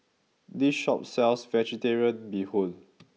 this shop sells Vegetarian Bee Hoon